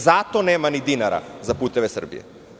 Zato nema ni dinara za "Puteve Srbije"